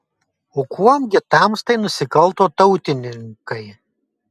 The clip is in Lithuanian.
o kuom gi tamstai nusikalto tautininkai